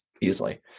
easily